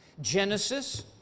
Genesis